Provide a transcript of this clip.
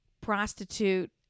prostitute